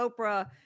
oprah